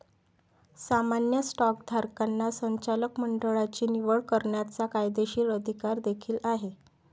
सामान्य स्टॉकधारकांना संचालक मंडळाची निवड करण्याचा कायदेशीर अधिकार देखील आहे